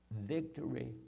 victory